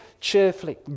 cheerfully